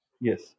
Yes